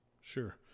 Sure